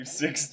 six